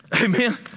Amen